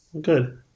good